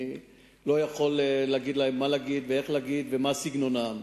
אני לא יכול להגיד להם מה להגיד ואיך להגיד ומה יהיה סגנונם.